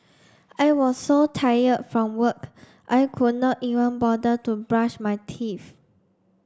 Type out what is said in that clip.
I was so tired from work I could not even bother to brush my teeth